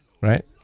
right